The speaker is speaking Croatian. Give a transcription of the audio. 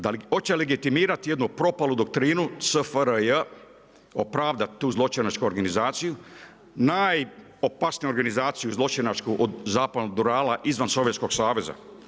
Da li hoće legitimirati jednu portalu doktrinu, SFRJ, opravdati tu zločinačku organizaciju, najopasniju organizaciju, zločinačku, od zapadnog Urala, izvan Sovjetskog saveza.